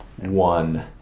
one